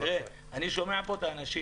אני שומע פה את האנשים